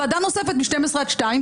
ועדה נוספת מ-12:00 עד 14:00,